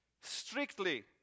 strictly